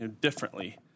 differently